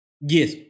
yes